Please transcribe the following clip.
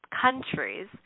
countries